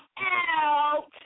out